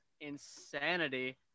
insanity